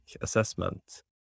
assessment